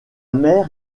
mère